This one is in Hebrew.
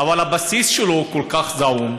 אבל הבסיס שלו הוא כל כך זעום,